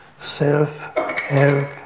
self-help